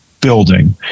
building